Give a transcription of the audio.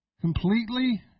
completely